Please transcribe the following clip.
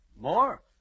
More